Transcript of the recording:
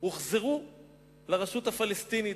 הוחזרו לרשות הפלסטינית.